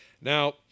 Now